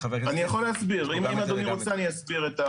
אם אדוני רוצה, אני אסביר את התוכנית.